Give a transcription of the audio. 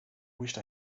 wished